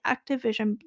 Activision